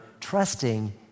trusting